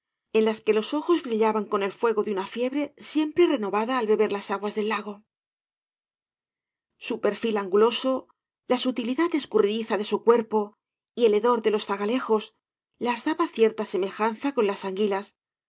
en las que los ojos brillaban con el fuego de una fiebre siempre renovada al beber las aguas del lago su perfil anguloso la sutilidad escurridiza de su cuerpo y el hedor de los zagalejos las daba cierta semejanza con las anguilas